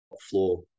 floor